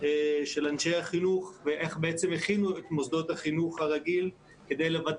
של אנשי החינוך ואיך בעצם הכינו את מוסדות החינוך הרגיל כדי לוודא